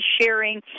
sharing